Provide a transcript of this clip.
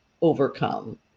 overcome